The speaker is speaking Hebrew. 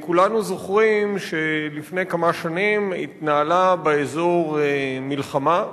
כולנו זוכרים שלפני כמה שנים התנהלה באזור מלחמה.